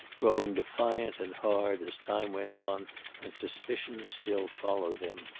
growing defiant and hard as time went on and suspicion still followed him.